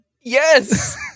Yes